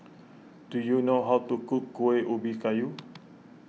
do you know how to cook Kueh Ubi Kayu